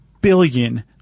Billion